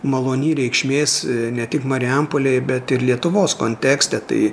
malony reikšmės ne tik marijampolėj bet ir lietuvos kontekste tai